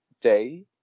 day